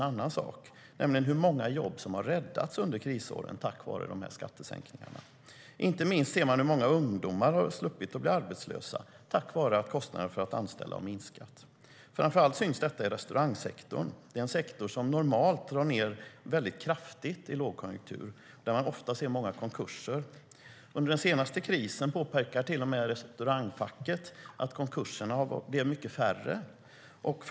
Inte minst ser man hur många ungdomar som har sluppit bli arbetslösa tack vare att kostnaden för att anställa har minskat. Framför allt syns detta i restaurangsektorn, en sektor som normalt drar ned väldigt kraftigt i lågkonjunktur och där man ofta ser många konkurser. Under den senaste krisen påpekar till och med restaurangfacket att det är mycket färre konkurser.